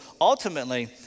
ultimately